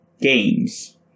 games